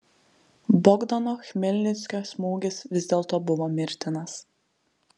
bogdano chmelnickio smūgis vis dėlto buvo mirtinas